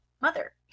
mother